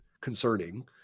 concerning